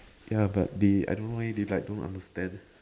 ya but they I don't know leh they like don't understand